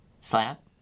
Slap